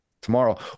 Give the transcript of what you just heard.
tomorrow